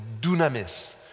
dunamis